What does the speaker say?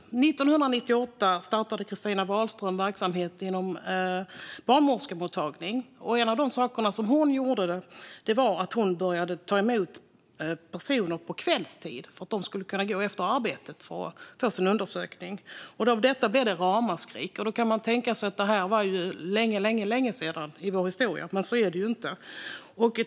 År 1998 startade Kristina Wadström en barnmorskemottagning. En av de saker hon gjorde var att börja ta emot personer på kvällstid, så att de skulle kunna gå och få sin undersökning efter arbetet. Det ledde till ett ramaskri. Man kunde tro att detta var mycket länge sedan i vår historia, men så är det ju inte.